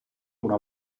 una